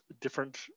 different